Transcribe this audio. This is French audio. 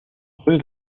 rue